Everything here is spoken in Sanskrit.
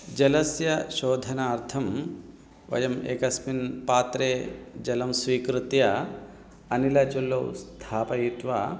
जलस्य शोधनार्थं वयम् एकस्मिन् पात्रे जलं स्वीकृत्य अनिलचुल्लौ स्थापयित्वा